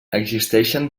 existeixen